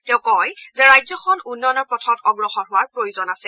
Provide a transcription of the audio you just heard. তেওঁ কয় যে ৰাজ্যখন উন্নয়নৰ পথত অগ্ৰসৰ হোৱাৰ প্ৰয়োজন আছে